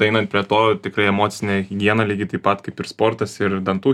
einant prie to tikrai emocinė higiena lygiai taip pat kaip ir sportas ir dantų